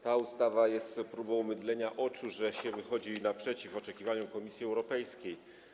Ta ustawa jest próbą mydlenia oczu, że się wychodzi naprzeciw oczekiwaniom Komisji Europejskiej.